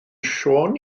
siôn